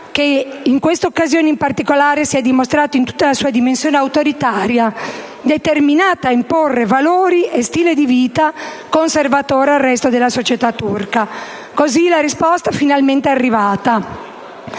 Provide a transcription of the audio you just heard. in questa occasione in tutta la sua dimensione autoritaria, determinata a imporre valori e stile di vita conservatori al resto della società turca. Così la risposta è finalmente arrivata.